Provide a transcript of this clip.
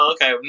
Okay